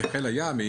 בחיל הים,